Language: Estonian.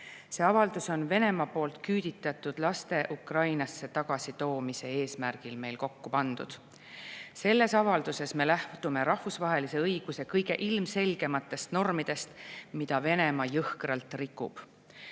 See avaldus on Venemaa poolt küüditatud laste Ukrainasse tagasitoomise eesmärgil kokku pandud. Selles avalduses me lähtume rahvusvahelise õiguse kõige ilmselgematest normidest, mida Venemaa jõhkralt rikub.